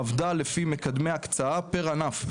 עבדה לפי מקדמי הקצאה פר ענף,